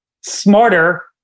smarter